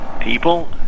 people